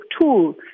tool